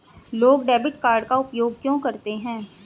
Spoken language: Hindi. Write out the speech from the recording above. लोग डेबिट कार्ड का उपयोग क्यों करते हैं?